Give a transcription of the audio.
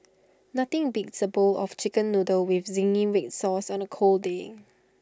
nothing beats A bowl of Chicken Noodles with Zingy Red Sauce on A cold day